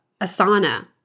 Asana